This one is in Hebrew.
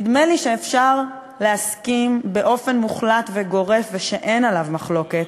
נדמה לי שאפשר להסכים באופן מוחלט וגורף ושאין עליו מחלוקת,